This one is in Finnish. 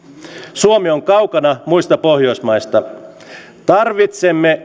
suomi on kaukana muista pohjoismaista tarvitsemme